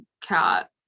cat